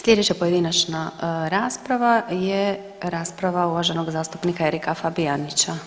Sljedeća pojedinačna rasprava je rasprava uvaženog zastupnika Erika Fabijanića,